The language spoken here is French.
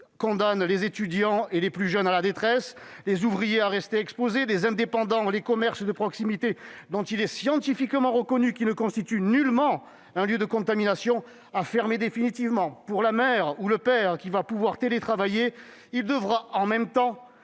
condamnent les étudiants et les plus jeunes à la détresse, les ouvriers à rester exposés, les indépendants et les commerces de proximité, dont il est scientifiquement reconnu qu'ils ne constituent nullement un lieu de contamination, à fermer définitivement. Quant à la mère ou au père qui va pouvoir télétravailler, il devra « en même temps